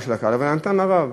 ונתן אותם לרב.